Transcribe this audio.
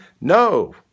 no